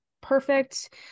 perfect